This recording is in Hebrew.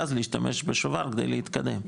ואז להשתמש בשובר כדי להתקדם.